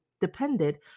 depended